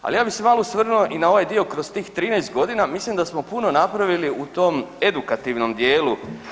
Al ja bi se malo osvrnuo i na ovaj dio kroz tih 13.g., mislim da smo puno napravili u tom edukativnom dijelu.